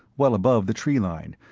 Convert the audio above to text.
well above the tree-line,